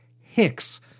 hicks